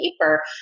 paper